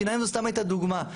שיניים זה סתם הייתה דוגמה.